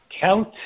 count